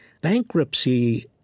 Bankruptcy